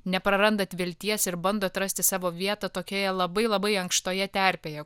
neprarandat vilties ir bandot rasti savo vietą tokioje labai labai ankštoje terpėje